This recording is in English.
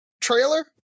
trailer